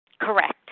Correct